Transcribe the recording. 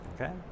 okay